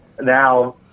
Now